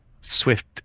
swift